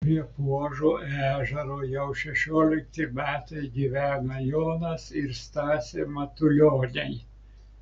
prie puožo ežero jau šešiolikti metai gyvena jonas ir stasė matulioniai